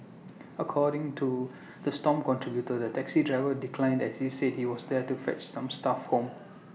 according to the stomp contributor the taxi driver declined as he said he was there to fetch some staff home